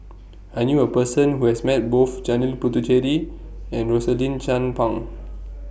I knew A Person Who has Met Both Janil Puthucheary and Rosaline Chan Pang